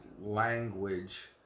language